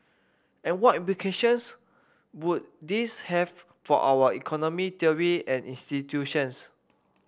and what implications would this have for our economic theory and institutions